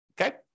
okay